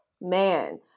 Man